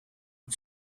het